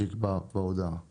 אין בעיה לכתוב את זה.